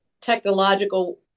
technological